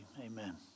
amen